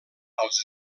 als